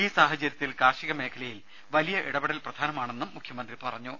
ഈ സാഹചര്യത്തിൽ കാർഷിക മേഖലയിൽ വലിയ ഇടപെടൽ പ്രധാനമാണെന്നും മുഖ്യമന്ത്രി പറഞ്ഞു